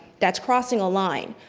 that's crossing a line.